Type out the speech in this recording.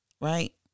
right